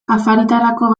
afaritarako